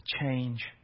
change